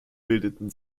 bildeten